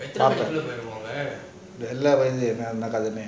தெரில என்ன கதைனு:terila enna kadhanu